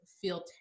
feel